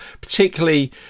particularly